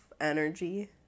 energy